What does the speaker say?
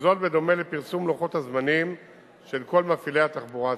וזאת בדומה לפרסום לוחות הזמנים של כל מפעילי התחבורה הציבורית.